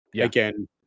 again